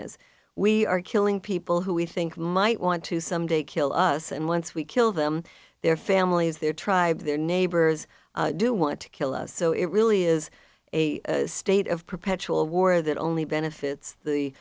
is we are killing people who we think might want to someday kill us and once we kill them their families their tribe their neighbors do want to kill us so it really is a state of perpetual war that only benefits the